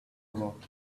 about